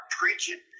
preaching